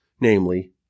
namely